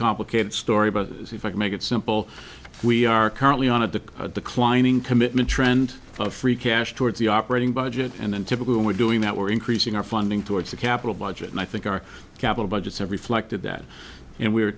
complicated story but if i can make it simple we are currently on of the declining commitment trend of free cash towards the operating budget and typically when we're doing that we're increasing our funding towards the capital budget and i think our capital budgets have reflected that and we're